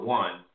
one